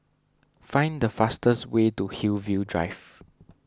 find the fastest way to Hillview Drive